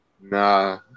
Nah